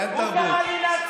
איפה היית?